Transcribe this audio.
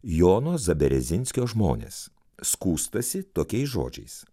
jono zaberezinskio žmonės skųstasi tokiais žodžiais